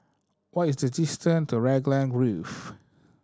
what is the distance to Raglan Grove